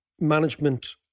management